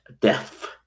death